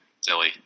silly